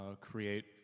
create